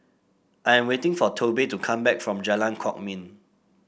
I am waiting for Tobe to come back from Jalan Kwok Min